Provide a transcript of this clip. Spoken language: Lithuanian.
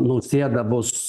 nausėda bus